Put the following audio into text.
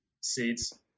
seeds